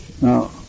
Now